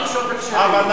אבל למה אתה לא מתייחס?